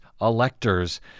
electors